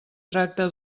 tracta